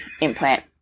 implant